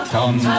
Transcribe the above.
Come